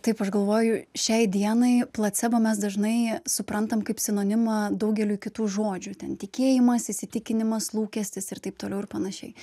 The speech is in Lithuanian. taip aš galvoju šiai dienai placebą mes dažnai suprantam kaip sinonimą daugeliui kitų žodžių ten tikėjimas įsitikinimas lūkestis ir taip toliau ir panašiai